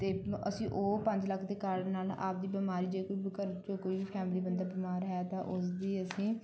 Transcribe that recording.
ਅਤੇ ਅਸੀਂ ਉਹ ਪੰਜ ਲੱਖ ਦੇ ਕਾਰਡ ਦੇ ਨਾਲ ਆਪਦੀ ਬਿਮਾਰੀ ਜੇ ਕੋਈ ਫੈਮਲੀ ਬੰਦਾ ਬਿਮਾਰ ਹੈ ਤਾਂ ਉਸਦੀ ਅਸੀਂ